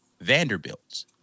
Vanderbilt